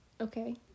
Okay